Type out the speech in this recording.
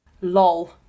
Lol